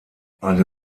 eine